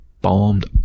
bombed